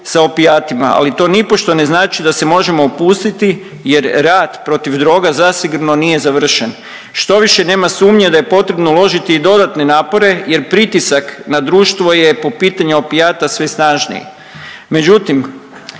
sa opijatima, ali to nipošto ne znači da se možemo opustiti jer rat protiv droga zasigurno nije završen. Štoviše nema sumnje da je potrebno uložiti i dodatne napore, jer pritisak na društvo je po pitanju opijata sve snažniji. Međutim,